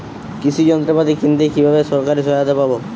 কৃষি যন্ত্রপাতি কিনতে কিভাবে সরকারী সহায়তা পাব?